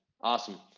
Awesome